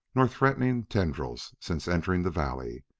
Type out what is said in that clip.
nor threatening tendrils since entering the valley.